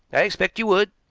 i expect you would,